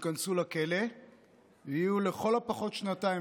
ייכנסו לכלא ויהיו לכל הפחות שנתיים,